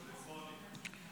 פלאפונים.